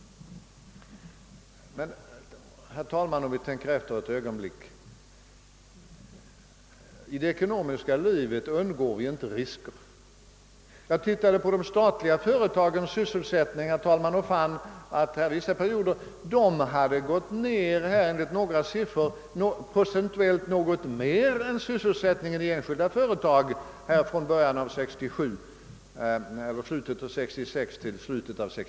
Men, herr talman, låt oss tänka efter ett ögonblick! I det ekonomiska livet undgår vi inte risker. Jag har sett på sysselsättningen inom de statliga företagen från slutet av 1966 till slutet av 1967 och fann därvid, att denna vissa perioder procentuellt hade gått ned nå got mer än sysselsättningen i enskilda företag.